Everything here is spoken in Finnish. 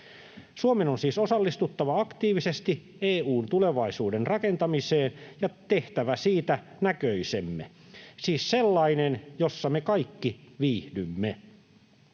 Suomen on siis osallistuttava aktiivisesti EU:n tulevaisuuden rakentamiseen ja tehtävä siitä näköisemme, siis sellainen, jossa me kaikki viihdymme.